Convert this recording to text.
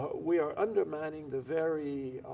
but we are undermining the very